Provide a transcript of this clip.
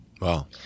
Wow